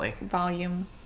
volume